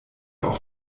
auch